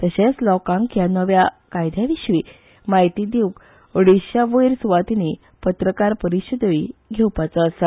तशेच लोकांक ह्या नव्या कायद्याविशी म्हायती दिवंक अडेचशा वयर सुवातीनी पत्रकार परिषदोय घेवपाचो आसा